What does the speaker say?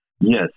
Yes